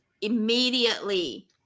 immediately